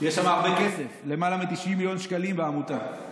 יש שם הרבה כסף, למעלה מ-90 מיליון שקלים, בעמותה.